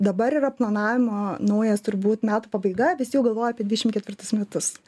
dabar yra planavimo naujas turbūt metų pabaiga visi jau galvoja apie dvidešimt ketvirtus metus